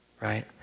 right